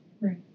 Right